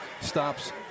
Stops